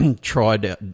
tried